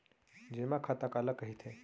जेमा खाता काला कहिथे?